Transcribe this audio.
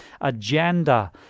agenda